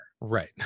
Right